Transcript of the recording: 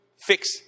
fix